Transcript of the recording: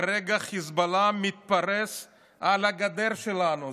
כרגע חיזבאללה מתפרס על הגדר שלנו.